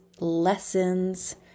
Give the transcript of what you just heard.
lessons